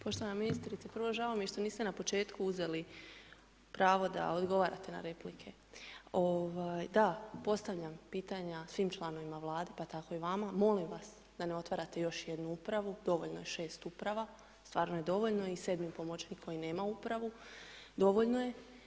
Poštovana ministrice, prvo žao mi je što niste na početku uzeli pravo da odgovarate na replike, ovaj, da postavljam pitanja svim članovima Vlade pa tako i vama, molim vas da ne otvarate još jednu upravu, dovoljno je 6 uprava, stvarno dovoljno i 7 pomoćnik koji nema upravu, dovoljno je.